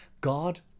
God